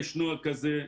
יש נוהל כזה.